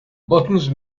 buttons